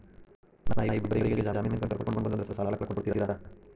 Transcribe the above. ನಾ ಇಬ್ಬರಿಗೆ ಜಾಮಿನ್ ಕರ್ಕೊಂಡ್ ಬಂದ್ರ ಸಾಲ ಕೊಡ್ತೇರಿ?